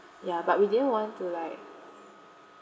ya but we didn't want to like